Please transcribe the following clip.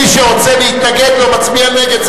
מי שרוצה להתנגד לו, מצביע נגד.